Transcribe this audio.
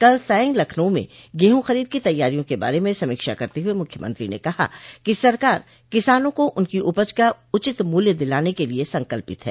कल सांय लखनऊ में गेहूं खरीद की तैयारियों के बारे में समीक्षा करते हुए मुख्यमंत्री ने कहा कि सरकार किसानों को उनकी उपज का उचित मूल्य दिलाने के लिये संकल्पित है